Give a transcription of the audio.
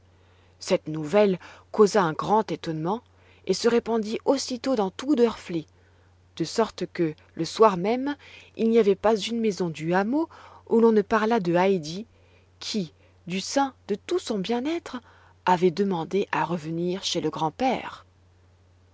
cette nouvelle causa un grand étonnement et se répandit aussitôt dans tout drfli en sorte que le soir même il n'y avait pas une maison du hameau où l'on ne parlât de heidi qui du sein de tout son bien-être avait demandé à revenir chez le grand-père